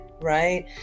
Right